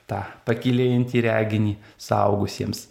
tą pakylėjantį reginį suaugusiems